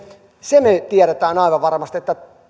sen me tiedämme aivan varmasti että